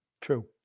True